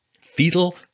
Fetal